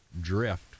drift